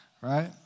right